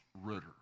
Ritter